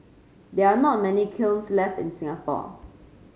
there are not many kilns left in Singapore